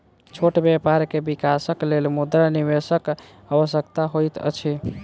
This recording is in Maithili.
छोट व्यापार के विकासक लेल मुद्रा निवेशकक आवश्यकता होइत अछि